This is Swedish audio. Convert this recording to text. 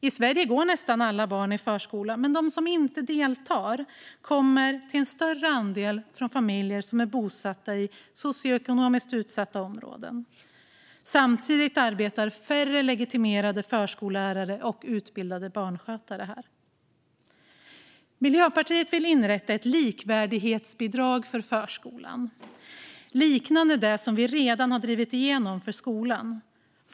I Sverige går i dag nästan alla barn i förskola, men bland de barn som inte deltar kommer en större andel från familjer bosatta i socioekonomiskt utsatta områden. Samtidigt arbetar färre legitimerade förskollärare och utbildade barnskötare där. Miljöpartiet vill inrätta ett likvärdighetsbidrag för förskolan liknande det vi redan har drivit igenom för skolan.